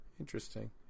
Interesting